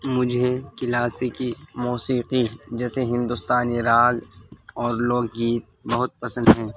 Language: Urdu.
مجھے کلاسیک موسیقی جیسے ہندوستانی راگ اور لوک گیت بہت پسند ہیں